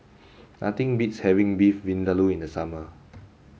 nothing beats having Beef Vindaloo in the summer